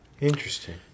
Interesting